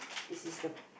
this is the